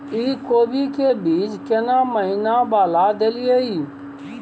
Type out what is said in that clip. इ कोबी के बीज केना महीना वाला देलियैई?